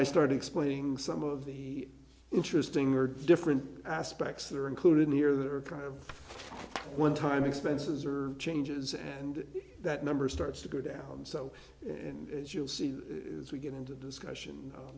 i started explaining some of the interesting or different aspects that are included here that are kind of one time expenses are changes and that number starts to go down so and as you'll see as we get into discussion